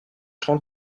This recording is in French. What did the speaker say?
trente